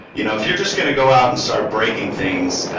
you know if you're just going to go out and start breaking things,